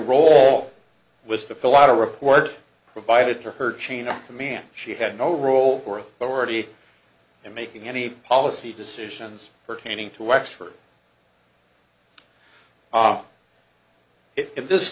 role was to fill out a report provided to her chain of command she had no role or already in making any policy decisions pertaining to wexford on it in this